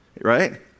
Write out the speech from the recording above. Right